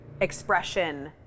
expression